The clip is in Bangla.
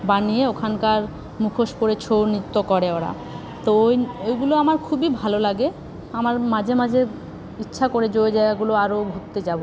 বানিয়ে ওখানকার মুখোশ পরে ছৌ নিত্য করে ওরা তো ওই ওইগুলো আমার খুবই ভালো লাগে আমার মাঝে মাঝে ইচ্ছা করে যে ওই জায়গাগুলো আরো ঘুরতে যাবো